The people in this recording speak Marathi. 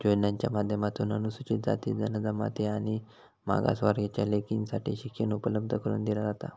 योजनांच्या माध्यमातून अनुसूचित जाती, जनजाति आणि मागास वर्गाच्या लेकींसाठी शिक्षण उपलब्ध करून दिला जाता